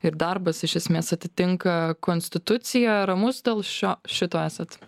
ir darbas iš esmės atitinka konstituciją ramus dėl šio šito esat